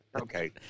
Okay